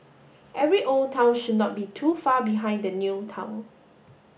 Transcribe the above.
every old town should not be too far behind the new town